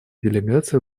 делегация